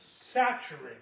saturated